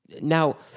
Now